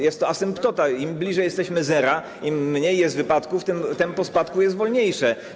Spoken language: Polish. Jest to asymptota - im bliżej jesteśmy zera, im mniej jest wypadków, tym tempo spadku jest wolniejsze.